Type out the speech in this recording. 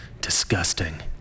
Disgusting